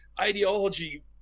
ideology